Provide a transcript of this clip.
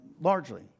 largely